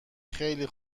خیلی